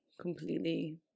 completely